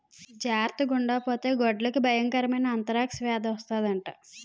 జార్తగుండకపోతే గొడ్లకి బయంకరమైన ఆంతరాక్స్ వేది వస్తందట